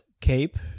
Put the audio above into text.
cape